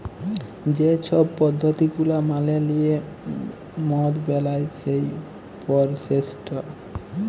যে ছব পদ্ধতি গুলা মালে লিঁয়ে মদ বেলায় সেই পরসেসট